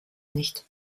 nicht